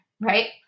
Right